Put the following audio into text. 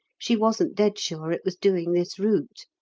she wasn't dead sure it was doing this route!